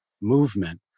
Movement